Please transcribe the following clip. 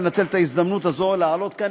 ולנצל את ההזדמנות הזאת להעלות כאן